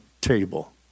table